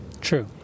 true